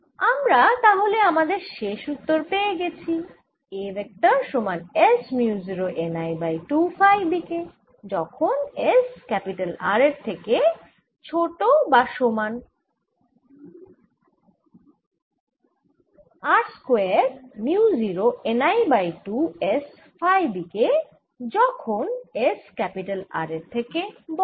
আমরা তাহলে আমাদের শেষ উত্তর পেয়ে গেছি A ভেক্টর সমান s mu 0 n I by 2 phi দিকে যখন s R এর থেকে ছোট বা সমান হলে বা R square mu 0 n I by 2 s phi দিকে যখন s R এর থেকে বড়